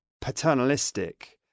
paternalistic